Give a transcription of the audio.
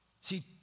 See